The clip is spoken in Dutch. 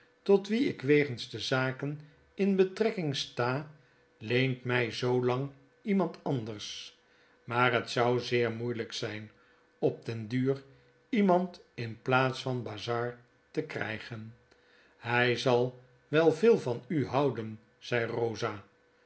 tot wie ik wegens de zaken in betrekking sta leent mij zoolang iemand anders maar het zou zeer moeielyk zp op den duur iemand in plaats van bazzard te krijgen hij zal wel veel van u houden zei rosa